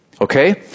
okay